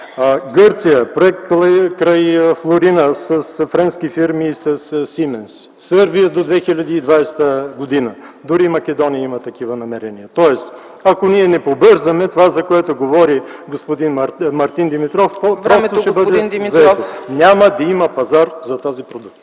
проект край Флорина с френски фирми, със „Сименс”; Сърбия до 2020 г.; дори Македония има такива намерения. Тоест, ако не побързаме – това, за което говори господин Мартин Димитров, просто ще бъде заето. Няма да има пазар за тази продукция.